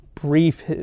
brief